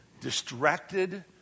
distracted